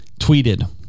tweeted